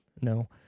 No